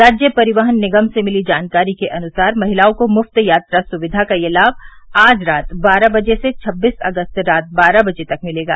राज्य परिवहन निगम से मिली जानकारी के अनुसार महिलाओं को मुफ़्त यात्रा सुक्विदा का यह लाम आज रात बारह बजे से छबीस अगस्त रात बारह बजे तक मिलेगा